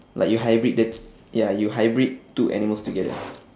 like you hybrid the ya you hybrid two animals together